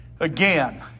Again